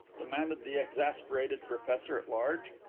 demanded the exasperated professor at large.